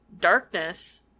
darkness